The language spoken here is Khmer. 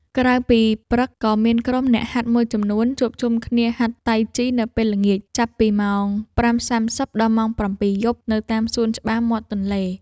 ក្រៅពីពេលព្រឹក ក៏មានក្រុមអ្នកហាត់មួយចំនួនជួបជុំគ្នាហាត់តៃជីនៅពេលល្ងាច ចាប់ពីម៉ោង ៥:៣០ ដល់ម៉ោង ៧:០០ យប់ នៅតាមសួនច្បារមាត់ទន្លេ។